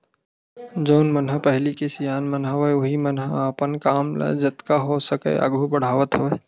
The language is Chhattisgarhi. जउन मन ह पहिली के सियान मन हवय उहीं मन ह अपन काम ल जतका हो सकय आघू बड़हावत हवय